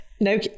No